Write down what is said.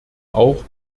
auch